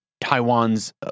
Taiwan's